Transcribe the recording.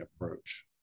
approach